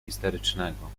histerycznego